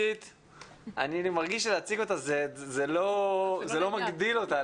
אני מרגיש שלהציג אותה זה לא מגדיל אותה.